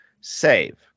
save